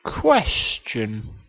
question